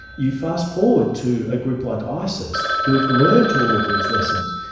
you fast-forward to a group like isis who have learnt all of these lessons,